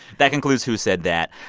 that concludes who said that.